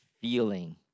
feeling